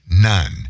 none